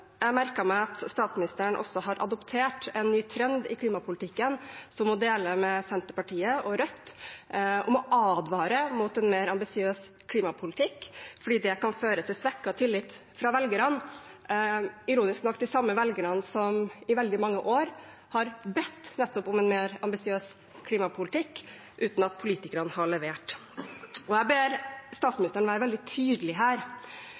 Jeg merket meg at statsministeren også har adoptert en ny trend i klimapolitikken, som hun deler med Senterpartiet og Rødt, om å advare mot en mer ambisiøs klimapolitikk fordi det kan føre til svekket tillit fra velgerne – ironisk nok de samme velgerne som i veldig mange år har bedt om nettopp en mer ambisiøs klimapolitikk, uten at politikerne har levert. Jeg ber statsministeren være veldig tydelig her,